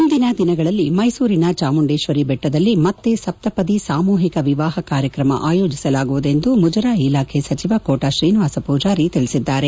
ಮುಂದಿನ ದಿನಗಳಲ್ಲಿ ಮೈಸೂರಿನ ಜಾಮುಂಡೇಶ್ವರಿ ಬೆಟ್ಟದಲ್ಲಿ ಮತ್ತೆ ಸಪ್ತಪದಿ ಸಾಮೂಹಿಕ ವಿವಾಹ ಕಾರ್ಯಕ್ರಮ ಆಯೋಜಿಸಲಾಗುವುದು ಎಂದು ಮುಜರಾಯಿ ಇಲಾಖೆ ಸಚಿವ ಕೋಟಾ ಶ್ರೀನಿವಾಸ ಪೂಜಾರಿ ತಿಳಿಸಿದರು